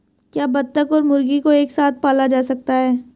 क्या बत्तख और मुर्गी को एक साथ पाला जा सकता है?